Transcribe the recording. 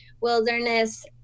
wilderness